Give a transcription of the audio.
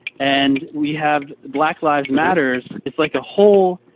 and we have black lives matters. it's like a whole